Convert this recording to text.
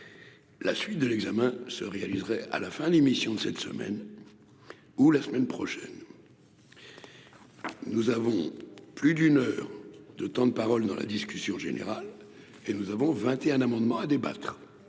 la suite de l'examen se réaliserait à la fin de l'émission de cette semaine ou la semaine prochaine, nous avons plus d'une heure de temps de parole dans la discussion générale et nous avons 21 amendements à débattre